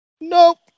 Nope